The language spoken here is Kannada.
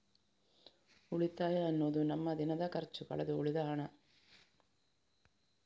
ಉಳಿತಾಯ ಅನ್ನುದು ನಮ್ಮ ದಿನದ ಖರ್ಚು ಕಳೆದು ಉಳಿದ ಹಣ